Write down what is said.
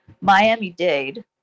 Miami-Dade